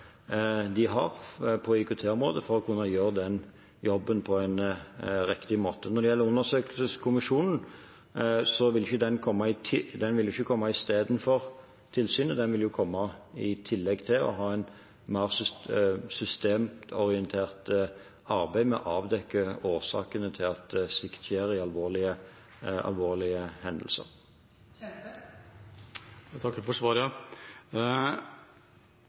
de har på IKT-området for å kunne gjøre denne jobben på en riktig måte. Når det gjelder undersøkelseskommisjonen: Den vil ikke komme istedenfor tilsynet, den vil komme i tillegg og arbeide mer systemorientert med å avdekke årsakene til alvorlige hendelser – til at svikt skjer. Jeg takker for svaret.